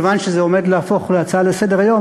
כיוון שזה עומד להפוך להצעה לסדר-היום